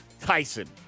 Tyson